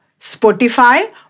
Spotify